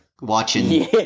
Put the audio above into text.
watching